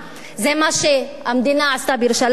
זה מה שהמדינה עשתה בירושלים,